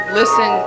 listen